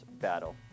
battle